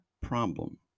problem